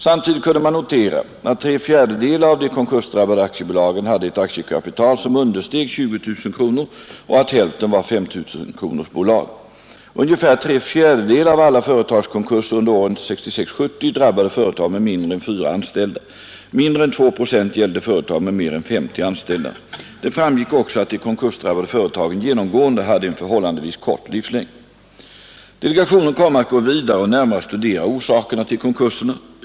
Samtidigt kunde man notera att tre fjärdedelar av de konkursdrabbade aktiebolagen hade ett aktiekapital som understeg 20 000 kronor och att hälften var ”S 000-kronorsbolag”. Ungefär tre fjärdedelar av alla företagskonkurser under åren 1966—1970 drabbade företag med mindre än fyra anställda. Mindre än två procent gällde företag med mer än 50 anställda. Det framgick också att de konkursdrabbade företagen genomgående hade en förhållandevis kort livslängd. Delegationen kommer att gå vidare och närmare studera orsakerna till konkurserna.